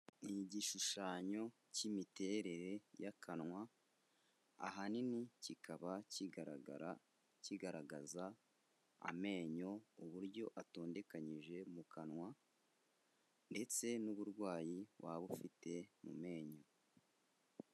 Ni igishushanyo cy'imiterere y'akanwa ahanini kikaba kigaragara, kigaragaza amenyo uburyo atondekanyije mu kanwa, ndetse n'uburwayi waba ufite mu menyo.